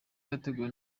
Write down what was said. yateguwe